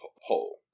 hole